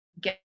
get